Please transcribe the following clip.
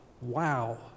Wow